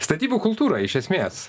statybų kultūra iš esmės